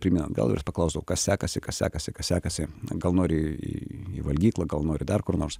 pirmyn atgal ir paklausdavau kas sekasi kas sekasi kas sekasi gal nori į valgyklą gal nori dar kur nors